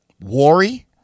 Worry